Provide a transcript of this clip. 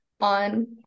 on